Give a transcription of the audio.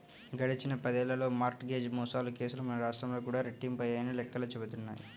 గడిచిన పదేళ్ళలో mortgage మోసాల కేసులు మన రాష్ట్రంలో కూడా రెట్టింపయ్యాయని లెక్కలు చెబుతున్నాయి